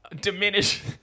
diminish